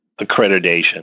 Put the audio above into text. accreditation